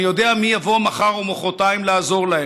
אני יודע מי יבוא מחר ומוחרתיים לעזור להם,